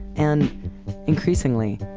and increasingly,